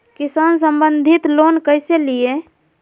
किसान संबंधित लोन कैसै लिये?